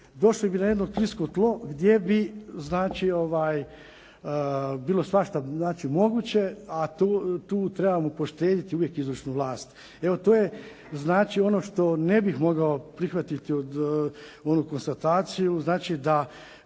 došli bi na jedno sklisko tlo gdje bi bilo svašta moguće a tu trebamo poštedjeti uvijek izvršnu vlast. Evo to je ono što ne bih mogao prihvatiti onu konstataciju da